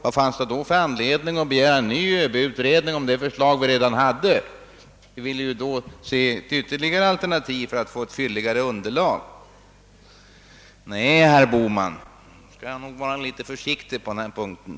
Vad fanns det då för anledning att begära ny ÖB-utredning om det förslag vi redan hade? Vi ville ju se ytterligare alternativ för att få ett fylligare underlag. Nej, herr Bohman skall nog vara litet försiktigare med sina uttalanden på denna punkt.